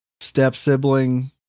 step-sibling